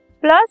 Plus